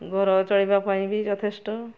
ଘର ଚଳିବା ପାଇଁ ବି ଯଥେଷ୍ଟ